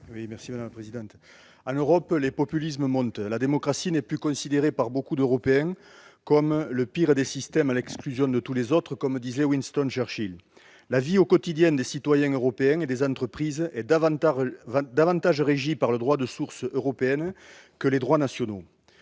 En Europe, les populismes montent. La démocratie n'est plus considérée par beaucoup d'Européens comme « le pire des systèmes, à l'exclusion de tous les autres », comme le disait Winston Churchill. La vie au quotidien des citoyens européens et des entreprises est davantage régie par le droit de source européenne que par les droits nationaux.